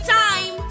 time